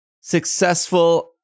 successful